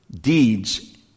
deeds